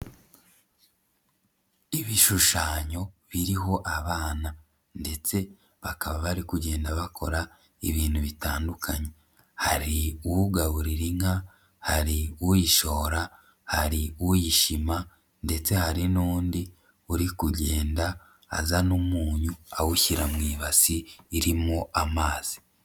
Ibishushanyo biriho abana ndetse bakaba bari kugenda bakora ibintu bitandukanye, hari ugaburira inka, hari uyishora, hari uyishima ndetse hari n'undi uri kugenda azana umunyu awushyira mu ibasi irimo amazi.